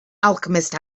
alchemist